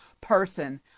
person